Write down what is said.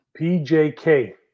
PJK